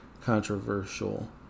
controversial